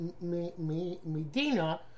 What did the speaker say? Medina